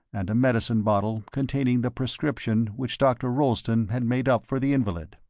and a medicine bottle containing the prescription which dr. rolleston had made up for the invalid.